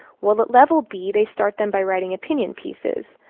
well, at level b, they start them by writing opinion pieces.